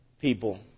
people